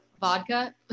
vodka